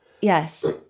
Yes